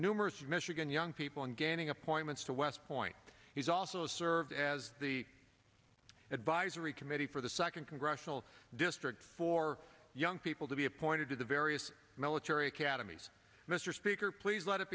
numerous michigan young people in gaining appointments to west point he's also served as the advisory committee for the second congressional district for young people to be appointed to the various military academies mr speaker please let it